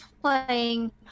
playing